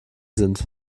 sind